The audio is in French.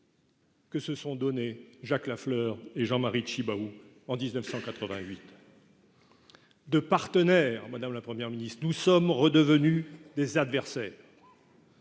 de main entre Jacques Lafleur et Jean-Marie Tjibaou en 1988. De partenaires, madame la Première ministre, nous sommes redevenus des adversaires.